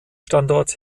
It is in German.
standort